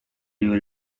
river